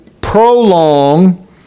prolong